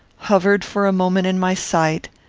hovered for a moment in my sight,